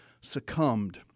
succumbed